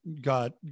got